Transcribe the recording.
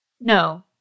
No